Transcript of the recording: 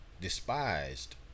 Despised